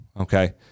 okay